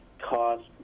cost